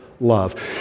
love